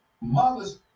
Mothers